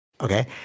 Okay